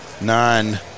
nine